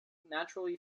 naturally